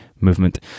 movement